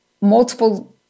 multiple